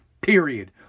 period